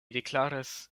deklaris